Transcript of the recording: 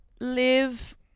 live